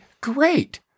great